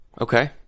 Okay